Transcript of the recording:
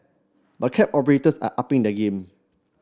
but cab operators are upping their game